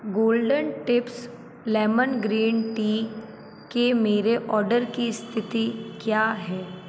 golden tips lemon green tea के मेरे order की स्थिति क्या है